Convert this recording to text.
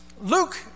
Luke